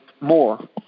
more